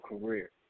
career